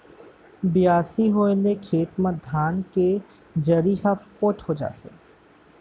बियासी होए ले खेत म धान के जरी ह पोठ हो जाथे